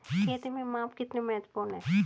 खेत में माप कितना महत्वपूर्ण है?